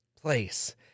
place